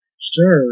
Sure